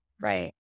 Right